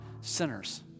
sinners